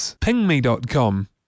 pingme.com